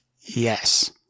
yes